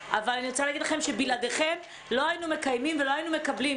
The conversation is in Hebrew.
בלעדיכם לא היינו מקיימים ולא היינו מקבלים,